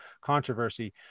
controversy